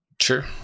Sure